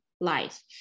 life